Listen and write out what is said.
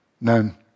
None